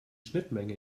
schnittmenge